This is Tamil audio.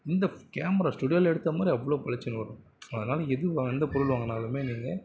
இந்த கேமரா ஸ்டுடியோவில் எடுத்த மாதிரி அவ்வளோ பளிச்சுனு வரும் அதனால் எது எந்த பொருள் வாங்கினாலுமே நீங்கள்